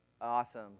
Awesome